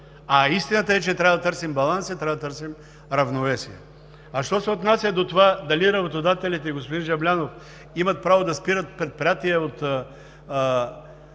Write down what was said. а истината е, че трябва да търсим баланс, трябва да търсим равновесие. А що се отнася до това дали работодателите, господин Жаблянов, имат право да спират предприятия,